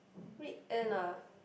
weekend ah